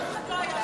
אף אחד לא היה שמן.